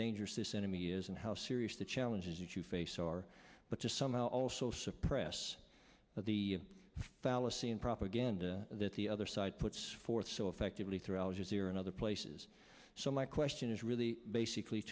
dangerous this enemy is and how serious the challenges that you face are but just somehow also suppress the fallacy and propaganda that the other side puts forth so effectively through al jazeera and other places so my question is really basically